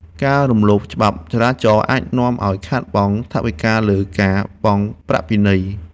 ការរំលោភច្បាប់ចរាចរណ៍អាចនាំឱ្យខាតបង់ថវិកាលើការបង់ប្រាក់ពិន័យ។